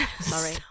Sorry